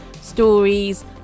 stories